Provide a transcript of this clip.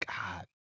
God